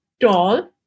tall